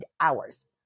hours